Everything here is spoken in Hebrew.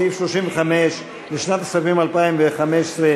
סעיף 35 לשנת הכספים 2015,